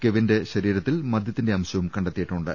കെവിന്റെ ശരീരത്തിൽ മദ്യ ത്തിന്റെ അംശവും കണ്ടെത്തിയിട്ടുണ്ട്